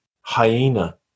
hyena